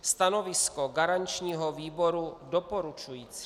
Stanovisko garančního výboru je doporučující.